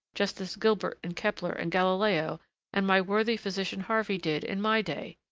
just as gilbert and kepler and galileo and my worthy physician harvey did in my day.